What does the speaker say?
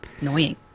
Annoying